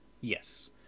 Yes